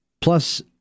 Plus